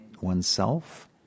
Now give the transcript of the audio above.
oneself